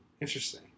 Interesting